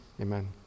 amen